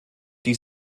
die